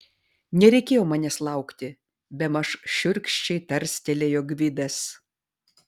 nereikėjo manęs laukti bemaž šiurkščiai tarstelėjo gvidas